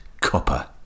copper